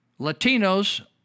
Latinos